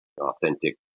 authentic